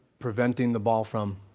preventing the ball from?